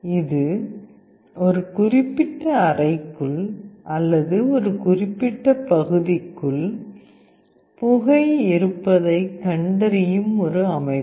இது ஒரு குறிப்பிட்ட அறைக்குள் அல்லது ஒரு குறிப்பிட்ட பகுதிக்குள் புகை இருப்பதைக் கண்டறியும் ஒரு அமைப்பு